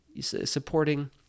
supporting